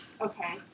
Okay